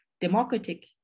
democratic